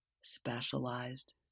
specialized